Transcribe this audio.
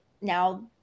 now